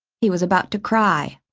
he was about to cry.